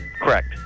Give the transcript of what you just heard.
Correct